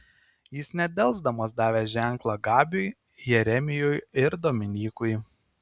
jis nedelsdamas davė ženklą gabiui jeremijui ir dominykui